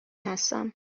هستم